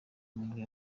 muri